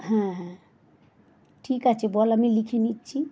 হ্যাঁ হ্যাঁ ঠিক আছে বল আমি লিখে নিচ্ছি